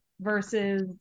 versus